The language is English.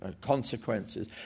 consequences